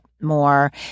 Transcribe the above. more